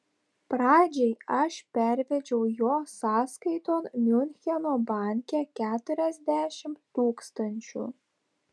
pradžiai aš pervedžiau jo sąskaiton miuncheno banke keturiasdešimt tūkstančių